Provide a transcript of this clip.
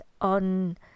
on